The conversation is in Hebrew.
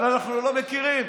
ואללה, אנחנו לא מכירים.